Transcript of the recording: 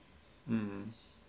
um